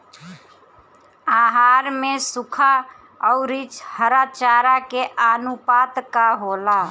आहार में सुखा औरी हरा चारा के आनुपात का होला?